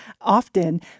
often